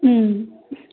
మ్మ్